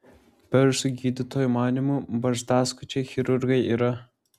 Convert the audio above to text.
persų gydytojų manymu barzdaskučiai chirurgai yra